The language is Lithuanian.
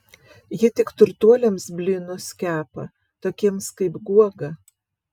ji tik turtuoliams blynus kepa tokiems kaip guoga